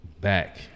Back